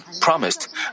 promised